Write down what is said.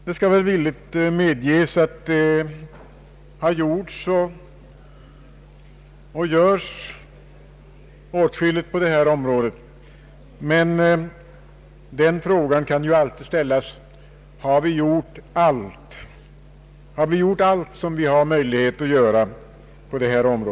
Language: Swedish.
Det skall villigt medges att det har gjorts och görs åtskilligt på det här området, men frågan kan alltid ställas: Har vi gjort allt som vi har möjlighet att göra?